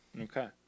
okay